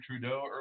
Trudeau